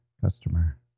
customer